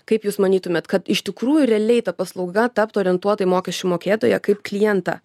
kaip jūs manytumėt kad iš tikrųjų realiai ta paslauga taptų orientuota į mokesčių mokėtoją kaip klientą